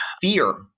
fear